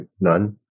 none